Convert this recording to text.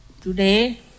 Today